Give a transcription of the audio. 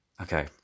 Okay